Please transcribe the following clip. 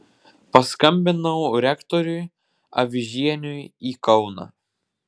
paskambinau rektoriui avižieniui į kauną